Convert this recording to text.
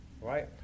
right